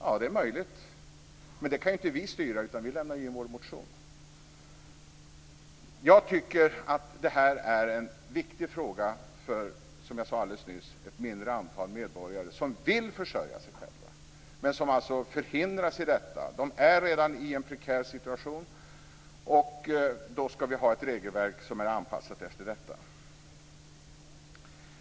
Ja, det är möjligt, men det kan inte vi styra. Vi har bara lämnat in motionen. Jag tycker, som jag sade alldeles nyss, att det här är en viktigt fråga för ett mindre antal medborgare som vill försörja sig själva men som hindras från att göra detta. De är redan i en prekär situation, och vi skall ha ett regelverk som är anpassat efter detta.